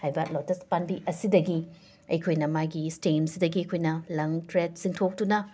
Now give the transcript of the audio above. ꯍꯥꯏꯕ ꯂꯣꯇꯁ ꯄꯥꯝꯕꯤ ꯑꯁꯤꯗꯒꯤ ꯑꯩꯈꯣꯏꯅ ꯃꯥꯒꯤ ꯁ꯭ꯇꯦꯝꯁꯤꯗꯒꯤ ꯑꯩꯈꯣꯏꯅ ꯂꯪ ꯊ꯭ꯔꯦꯠ ꯆꯤꯡꯊꯣꯛꯇꯨꯅ